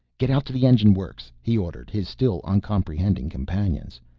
get out to the engine works, he ordered his still uncomprehending companions.